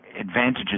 advantages